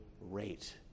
rate